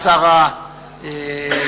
(המצאת הודעת תשלום קנס בשל עבירת חנייה לחייב),